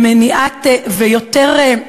ויותר,